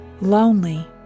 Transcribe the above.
Lonely